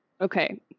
Okay